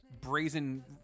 brazen